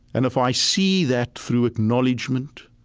and if i see that through acknowledgment,